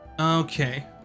Okay